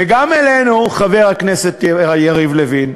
וגם אלינו, חבר הכנסת יריב לוין,